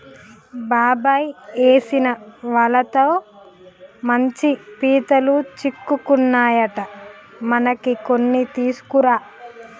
బాబాయ్ ఏసిన వలతో మంచి పీతలు సిక్కుకున్నాయట మనకి కొన్ని తీసుకురా